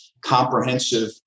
comprehensive